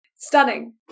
Stunning